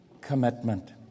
commitment